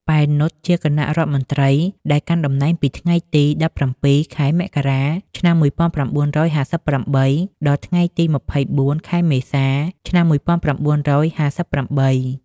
ប៉ែន នុតជាគណៈរដ្ឋមន្ត្រីដែលកាន់តំណែងពីថ្ងៃទី ១៧ ខែមករា ឆ្នាំ១៩៥៨ ដល់ថ្ងៃទី ២៤ ខែមេសា ឆ្នាំ១៩៥៨។